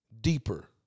deeper